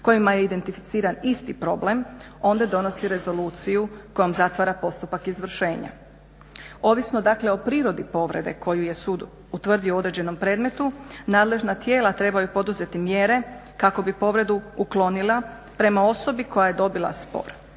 kojima je identificiran isti problem, onda donosi rezoluciju kojom zatvara postupak izvršenja. Ovisno dakle o prirodi povrede koju je sud utvrdio u određenom predmetu, nadležna tijela trebaju poduzeti mjere kako bi povrede uklonila prema osobi koja je dobila spor.